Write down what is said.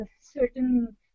certain